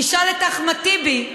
תשאל את אחמד טיבי,